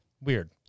Weird